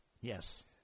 Yes